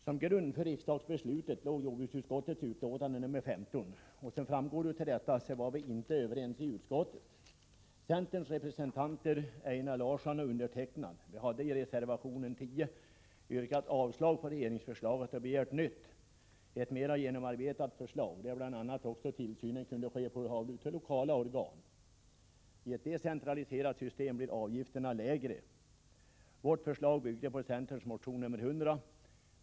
Som framgår av detta var vi inte överens i utskottet. Centerns representanter Einar Larsson och jag hade i reservation 10 yrkat avslag på regeringsförslaget och begärt ett nytt, mera genomarbetat förslag, enligt vilket bl.a. också tillsynen kunde ske av lokala organ. I ett decentraliserat system blir avgifterna lägre. Vårt förslag byggde på centerns motion nr 100.